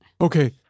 Okay